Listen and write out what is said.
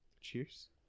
Cheers